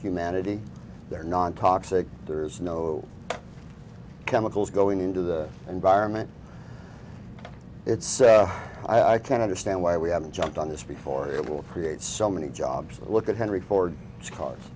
humanity there nontoxic there is no chemicals going into the environment it's so i can't understand why we haven't jumped on this before it will create so many jobs look at henry ford cars